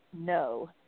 no